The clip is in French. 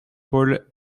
paul